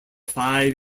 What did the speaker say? five